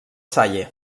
salle